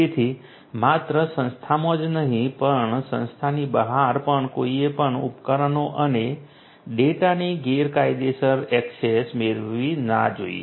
તેથી માત્ર સંસ્થામાં જ નહીં પણ સંસ્થાની બહાર પણ કોઈએ પણ ઉપકરણો અને ડેટાની ગેરકાયદેસર ઍક્સેસ મેળવવી ના જોઈએ